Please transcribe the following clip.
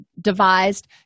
devised